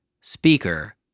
Speaker